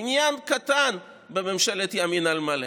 עניין קטן בממשלת ימין על מלא.